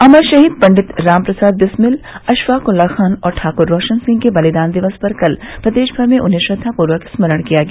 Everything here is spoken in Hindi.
अमर शहीद पंडित राम प्रसाद बिस्मिल अशफाकुल्लाह खाँ और ठाकुर रोशन सिंह के बलिदान दिवस पर कल प्रदेश भर में उन्हें श्रद्वापूर्वक स्मरण किया गया